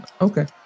Okay